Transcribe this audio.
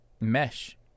mesh